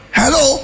hello